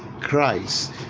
Christ